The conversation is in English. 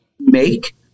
make